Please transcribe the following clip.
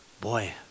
Boy